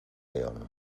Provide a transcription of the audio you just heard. león